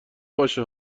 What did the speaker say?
باشه